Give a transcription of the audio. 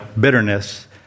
bitterness